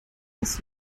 das